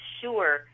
sure